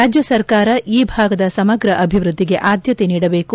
ರಾಜ್ಯ ಸರ್ಕಾರ ಈ ಭಾಗದ ಸಮಗ್ರ ಅಭಿವ್ವದ್ಲಿಗೆ ಆದ್ದತೆ ನೀಡಬೇಕು